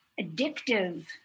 addictive